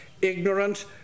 ignorant